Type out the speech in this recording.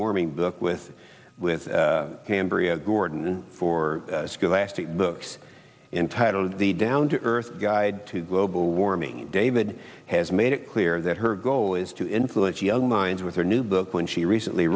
warming book with with cambria gordon for scholastic books in title the down to earth guide to global warming david has made it clear that her goal is to influence young minds with her new book when she recently